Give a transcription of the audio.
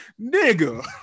Nigga